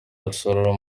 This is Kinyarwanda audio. rusororo